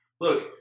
Look